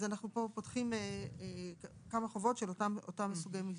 פה אנחנו פותחים כמה חובות של אותם סוגי מסגרות.